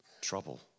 Trouble